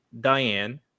Diane